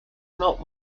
not